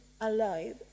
alive